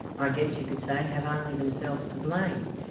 i guess you could say, have only themselves to blame,